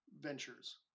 ventures